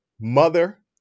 mother